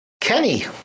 Kenny